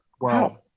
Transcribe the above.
wow